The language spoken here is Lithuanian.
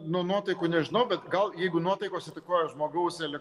nuo nuotaikų nežinau bet gal jeigu nuotaikos įtakoja žmogaus ele